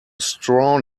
straw